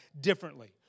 differently